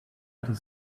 other